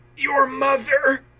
your mother!